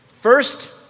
First